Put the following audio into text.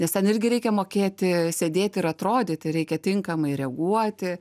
nes ten irgi reikia mokėti sėdėti ir atrodyti reikia tinkamai reaguoti